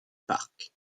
parc